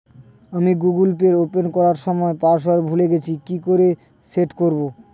আমি Google pay open করার সময় পাসওয়ার্ড ভুলে গেছি কি করে সেট করব?